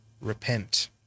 Repent